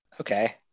Okay